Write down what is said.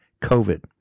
COVID